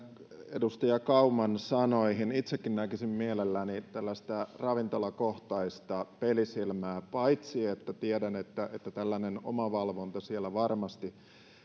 edustaja kauman sanoihin itsekin näkisin mielelläni tällaista ravintolakohtaista pelisilmää koska paitsi että tiedän että tällainen omavalvonta siellä varmasti